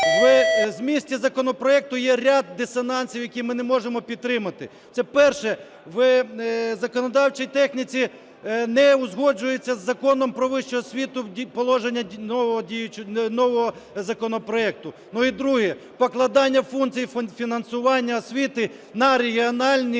у змісті законопроекту є ряд дисонансів, які ми не можемо підтримати. Це перше. В законодавчій техніці не узгоджується із Законом "Про вищу освіту" положення нового законопроекту. Ну, і друге. Покладання функцій фінансування освіти на регіональні